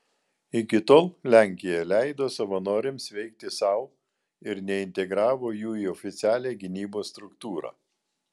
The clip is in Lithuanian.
iki tol lenkija leido savanoriams veikti sau ir neintegravo jų į oficialią gynybos struktūrą